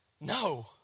No